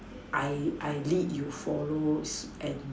I I lead you follow suit and